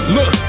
Look